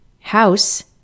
house